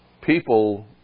people